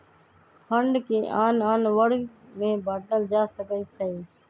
fund के आन आन वर्ग में बाटल जा सकइ छै